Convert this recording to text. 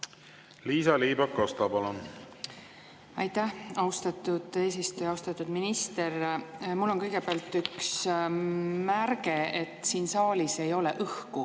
Liisa-Ly Pakosta, palun! Aitäh, austatud eesistuja! Austatud minister! Mul on kõigepealt üks märkus: siin saalis ei ole õhku.